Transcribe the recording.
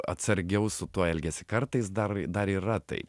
atsargiau su tuo elgiasi kartais dar dar yra taip